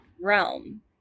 realm